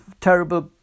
terrible